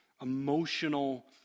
emotional